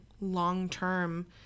long-term